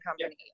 Company